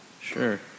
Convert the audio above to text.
Sure